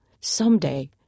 someday